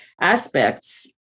aspects